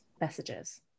messages